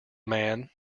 man